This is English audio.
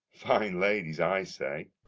fine ladies, i say.